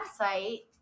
website